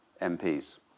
MPs